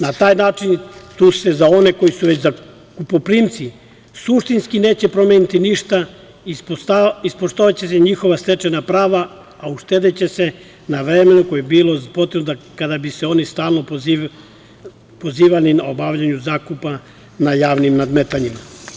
Na taj način tu se za one koji su već zakupoprimci suštinski neće promeniti ništa, ispoštovaće se njihova stečena prava, a uštedeće se na vremenu koje je bilo potrebno kada bi se oni stalno pozivali na obavljanje zakupa na javnim nadmetanjima.